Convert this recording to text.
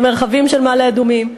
במרחבים של מעלה-אדומים.